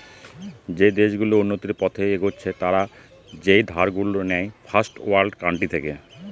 যে দেশ গুলো উন্নতির পথে এগচ্ছে তারা যেই ধার গুলো নেয় ফার্স্ট ওয়ার্ল্ড কান্ট্রি থেকে